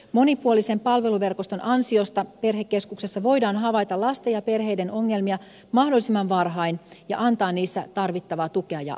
monipuolisen palveluverkoston ansiosta perhekeskuksessa voidaan havaita lasten ja perheiden ongelmia mahdollisimman varhain ja antaa niissä tarvittavaa tukea ja apua